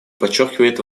подчеркивает